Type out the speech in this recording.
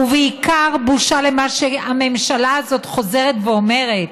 ובעיקר בושה למה שהממשלה הזאת חוזרת ואומרת,